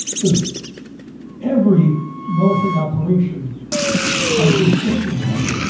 cause every military operation has restrictions on it.